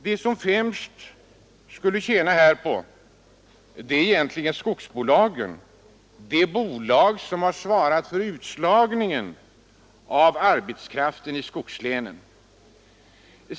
De som främst skulle tjäna härpå är egentligen skogsbolagen, de bolag som har svarat för utslagningen av arbetskraften i skogslänen.